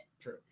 True